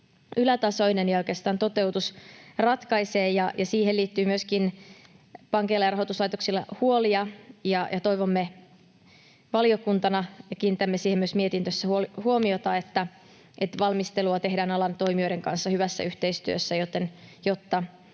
ylätasoinen, ja oikeastaan toteutus ratkaisee. Siihen liittyy pankeilla ja rahoituslaitoksilla myöskin huolia, ja toivomme valiokuntana ja kiinnitämme siihen myös mietinnössä huomiota, että valmistelua tehdään alan toimijoiden kanssa hyvässä yhteistyössä, jotta